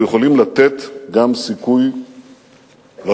אנחנו יכולים לתת גם סיכוי לשלום.